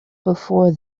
before